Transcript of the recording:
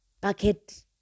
bucket